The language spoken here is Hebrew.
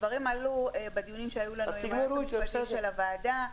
הדברים עלו בדיונים שהיו לנו עם הייעוץ המשפטי של הוועדה,